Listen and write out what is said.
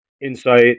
insight